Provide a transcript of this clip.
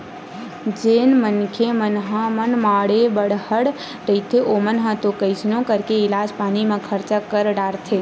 जेन मनखे मन ह मनमाड़े बड़हर रहिथे ओमन ह तो कइसनो करके इलाज पानी म खरचा कर डारथे